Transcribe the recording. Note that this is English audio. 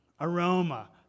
aroma